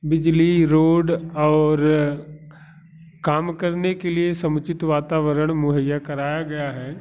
बिजली रोड और काम करने के लिए समुचित वातावरण मुहैया कराया गया है